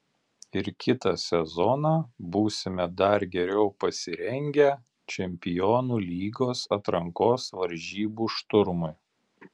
ir kitą sezoną būsime dar geriau pasirengę čempionų lygos atrankos varžybų šturmui